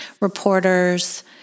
reporters